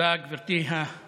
תודה, גברתי היושבת-ראש.